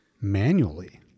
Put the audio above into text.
manually